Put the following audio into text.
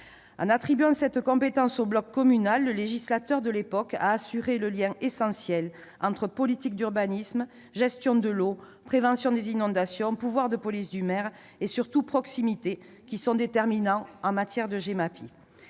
En attribuant cette compétence au bloc communal, le législateur de l'époque a assuré le lien essentiel entre politique d'urbanisme, gestion de l'eau, prévention des inondations, pouvoirs de police du maire et surtout proximité, qui sont déterminants en matière de Gemapi.